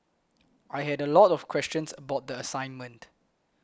I had a lot of questions about the assignment